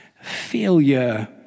failure